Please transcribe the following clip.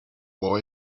boy